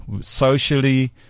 Socially